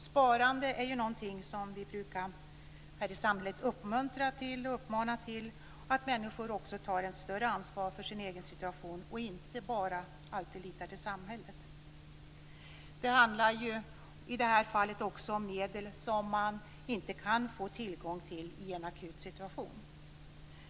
Sparande är ju någonting som samhället brukar uppmuntra till och uppmana till för att människor skall ta ett större ansvar för sin egen situation och inte alltid bara lita till samhället. Det handlar i det här fallet också om medel som man inte kan få tillgång till i en akut situation.